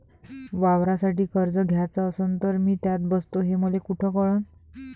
वावरासाठी कर्ज घ्याचं असन तर मी त्यात बसतो हे मले कुठ कळन?